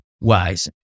wise